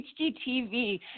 HGTV